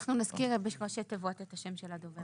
אנחנו נזכיר בראשי תיבות את השם של הדובר.